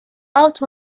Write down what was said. out